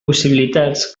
possibilitats